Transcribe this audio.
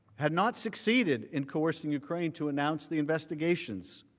had not succeeded in coursing ukraine to announce the investigations